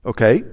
Okay